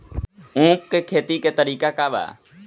उख के खेती का तरीका का बा?